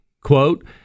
Quote